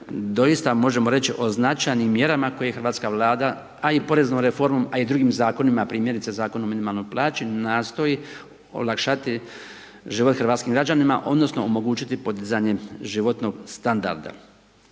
doista možemo reći o značajnim mjerama koje hrvatska vlada, a i poreznom reformom, a i drugim zakonima, primjerice Zakonom o minimalnoj plaći, nastoji olakšati život hrvatskim građanima, odnosno, omogućiti životnog standarda.